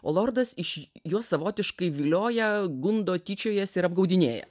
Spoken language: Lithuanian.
o lordas iš juos savotiškai vilioja gundo tyčiojasi ir apgaudinėja